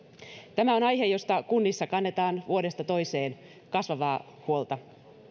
tämä on aihe josta kunnissa kannetaan vuodesta toiseen kasvavaa huolta